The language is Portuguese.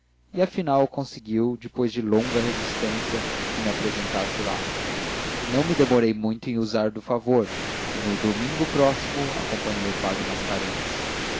e afinal conseguiu depois de longa resistência que me apresentasse lá não me demorei muito em usar do favor e no domingo próximo acompanhei o padre mascarenhas